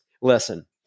listen